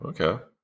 okay